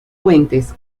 puentes